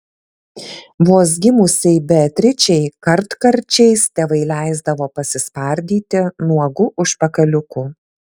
vos gimusiai beatričei kartkarčiais tėvai leisdavo pasispardyti nuogu užpakaliuku